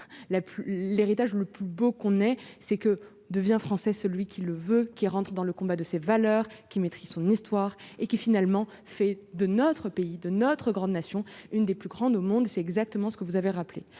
l'héritage le plus beau qu'on ait c'est que devient français, celui qui le veut, qui rentre dans le combat de ces valeurs qui maîtrise son histoire et qui finalement fait de notre pays de notre grande nation, une des plus grandes au monde, c'est exactement ce que vous avez rappelées.